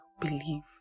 believe